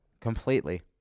completely